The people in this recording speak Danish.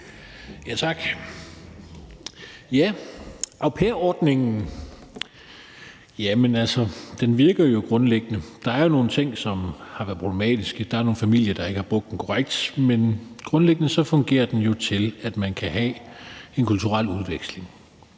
Tak. Au pair-ordningen virker jo grundlæggende. Der er nogle ting, som har været problematiske – der er nogle familier, der ikke har brugt den korrekt – men grundlæggende fungerer den jo til, at man kan have en kulturel udveksling.